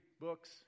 books